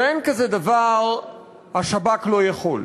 שאין כזה דבר "השב"כ לא יכול"